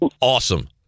awesome